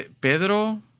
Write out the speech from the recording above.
Pedro